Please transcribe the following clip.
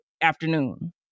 afternoon